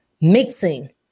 mixing